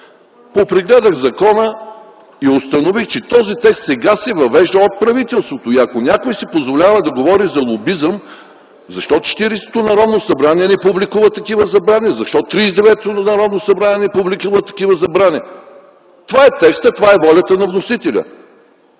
попрегледах закона и установих, че този текст сега се въвежда от правителството. Ако някой си позволява да говори за лобизъм, защо 40-то Народно събрание не публикува такива забрани, защо 39-то Народно събрание не публикува такива забрани? Това е текстът, това е волята на вносителя.